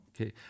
Okay